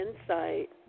insight